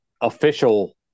official